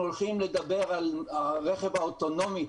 אנחנו הולכים לדבר על הרכב האוטונומי,